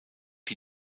die